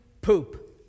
poop